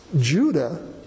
Judah